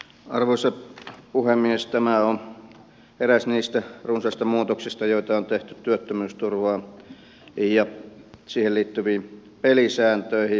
tämä on eräs niistä runsaista muutoksista joita on tehty työttömyysturvaan ja siihen liittyviin pelisääntöihin